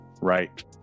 Right